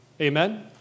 Amen